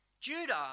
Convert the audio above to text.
Judah